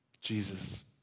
Jesus